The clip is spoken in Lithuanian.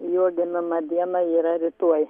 juo gimima diena yra rytuoj